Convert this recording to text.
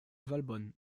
valbonne